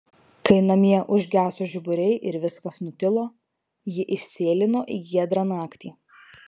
kai namie užgeso žiburiai ir viskas nutilo ji išsėlino į giedrą naktį